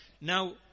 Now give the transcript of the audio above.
Now